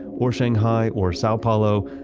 or shanghai, or sao paolo,